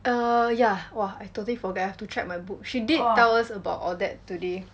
err yeah !wah! I totally forget I have to check my book she did tell us about that today